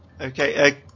Okay